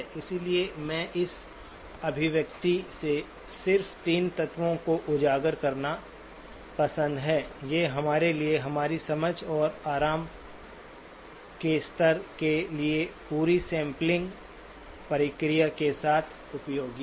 इसलिए मैं इस अभिव्यक्ति से सिर्फ 3 तत्वों को उजागर करना पसंद है ये हमारे लिए हमारी समझ और आराम के स्तर के लिए पूरी सैंपलिंग प्रक्रिया के साथ उपयोगी हैं